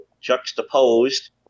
juxtaposed